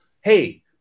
hey